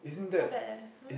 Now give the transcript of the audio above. not bad leh